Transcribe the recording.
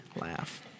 laugh